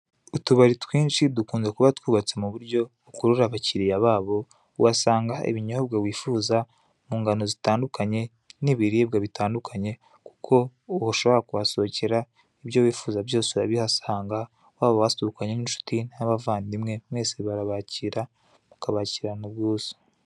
Utubari twinshi dukunze kuba twubatse mu buryo bukurura abakiriya babo, uhasanga ibinyobwa wifuza mu ngano zitandukanye n'ibiribwa bitandukanye kuko ushobora kuhasohokera ibyo wifuza byose urabihasanga wababo wasukanye n'inshuti n'abavandimwe mwese barabakira ukabakirana ubwuzu.